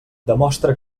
demostra